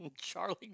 Charlie